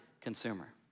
consumer